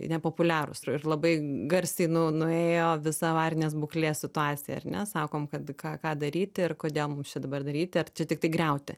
nepopuliarūs ir ir labai garsiai nu nuėjo visa avarinės būklės situacija ar ne sakom kad ką ką daryti ir kodėl mums čia dabar daryti ar tiktai griauti